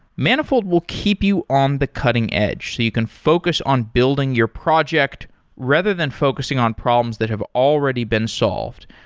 manifold will keep you on the cutting-edge so you can focus on building your project rather than focusing on problems that have already been solved.